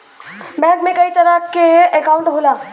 bank में कई तरे क अंकाउट होला